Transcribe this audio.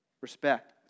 respect